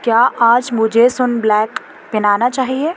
کیا آج مجھے سن بلیک پہنانا چاہیے